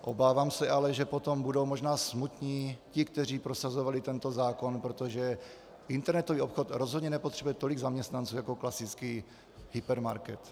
Obávám se ale, že potom budou možná smutní ti, kteří prosazovali tento zákon, protože internetový obchod rozhodně nepotřebuje tolik zaměstnanců jako klasický hypermarket.